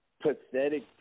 pathetic